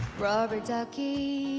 rubber duckie,